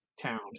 town